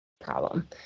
problem